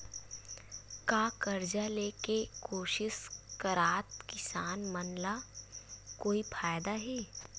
का कर्जा ले के कोशिश करात किसान मन ला कोई फायदा हे?